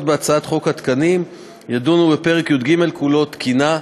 בהצעת חוק התקנים תדון בפרק י"ג כולו (תקינה).